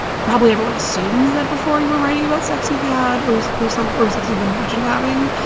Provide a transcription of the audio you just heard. probably everyone assumes that before, you were writing about sex you've had or or some or sex you've imagined having.